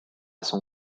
son